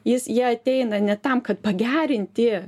jis jie ateina ne tam kad pagerinti